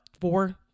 Four